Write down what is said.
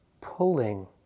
pulling